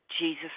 Jesus